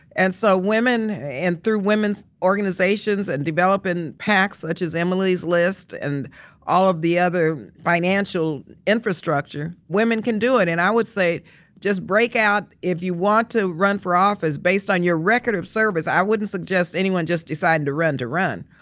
and so women and through women's organizations and developing developing pacs such as emily's list and all of the other financial infrastructure, women can do it. and i would say just break out if you want to run for office based on your record of service. i wouldn't suggest anyone just deciding to run to run.